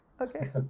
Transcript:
okay